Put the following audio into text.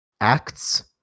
acts